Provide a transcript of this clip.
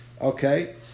okay